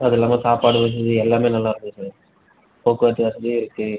அது இல்லாமல் சாப்பாடு வசதி எல்லாமே நல்லாயிருக்கு சார் போக்குவரத்து வசதியும் இருக்குது